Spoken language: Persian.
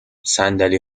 صندلی